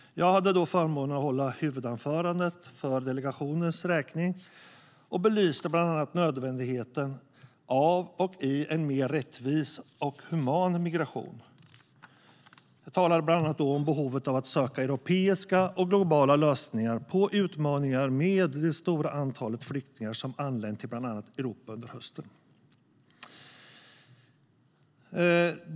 Jag hade förmånen att hålla huvudanförandet för delegationens räkning och belyste bland annat nödvändigheten av en mera rättvis och human migration. Jag talade bland annat om behovet av att söka europeiska och globala lösningar på utmaningarna med det stora antalet flyktingar som anlänt till bland annat Europa under hösten.